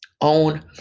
own